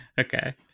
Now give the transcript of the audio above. Okay